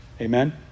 Amen